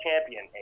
champion